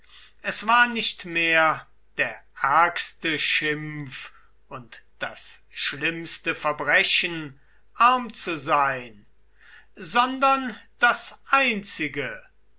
es war nicht mehr der ärgste schimpf und das schlimmste verbrechen arm zu sein sondern das einzige